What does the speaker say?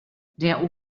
der